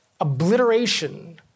obliteration